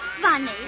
funny